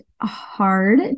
hard